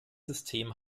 system